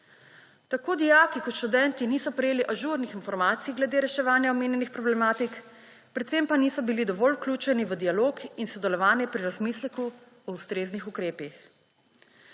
Tako dijaki kot študenti niso prejeli ažurnih informacij glede reševanja omenjenih problematik, predvsem pa niso bili dovolj vključeni v dialog in sodelovanje pri razmisleku o ustreznih ukrepih.